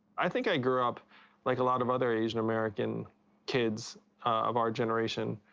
i think i grew up like a lot of other asian american kids of our generation,